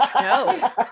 No